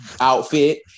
outfit